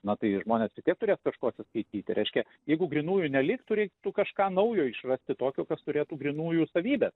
na tai žmonės vis tiek turės kažkuo atsiskaityti reiškia jeigu grynųjų neliktų reiktų kažką naujo išrasti tokio kas turėtų grynųjų savybes